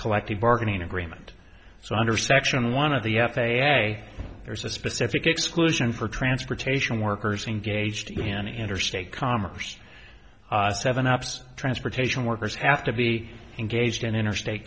collective bargaining agreement so under section one of the f a a there's a specific exclusion for transportation workers engaged in interstate commerce seven ups transportation workers have to be engaged in interstate